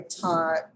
taught